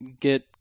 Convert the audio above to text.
get